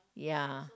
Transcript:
ya